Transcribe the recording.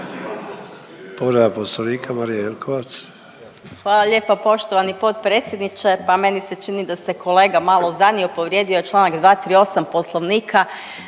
**Jelkovac, Marija (HDZ)** Hvala lijepa poštovani potpredsjedniče, pa meni se čini da se kolega malo zanio. Povrijedio je članak 238. Poslovnika,